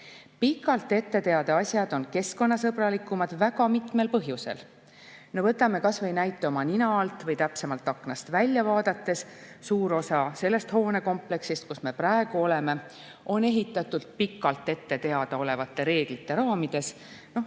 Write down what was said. Pikalt ette teada asjad on keskkonnasõbralikumad väga mitmel põhjusel. Võtame kas või näite oma nina alt, või täpsemalt, aknast välja vaadates. Suur osa sellest hoonekompleksist, kus me praegu oleme, on ehitatud pikalt ette teada olevate reeglite raamides.